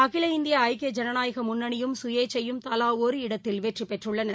அகில இந்தியஐக்கிய ஜனநாயகமுன்னணியும் சுயேச்சையும் தவாஒரு இடத்தில் வெற்றிபெற்றுள்ளனர்